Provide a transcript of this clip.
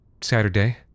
Saturday